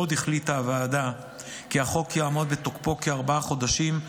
הוועדה החליטה עוד כי החוק יעמוד בתוקפו כארבעה חודשים,